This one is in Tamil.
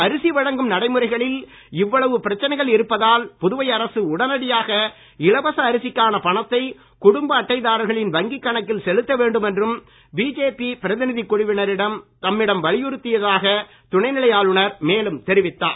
அரிசி வழங்கும் நடைமுறைகளில் இவ்வளவு பிரச்சினைகள் இருப்பதால் புதுவை அரசு உடனடியாக இலவச அரிசிக்கான பணத்தை குடும்ப அட்டைதாரர்களின் வங்கி கணக்கில் செலுத்த வேண்டும் என்றும் பிஜேபி பிரதிநிதி குழுவினர் தம்மிடம் வலியுறுத்தியதாக துணைநிலை ஆளுநர் மேலும் தெரிவித்துள்ளார்